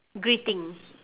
greeting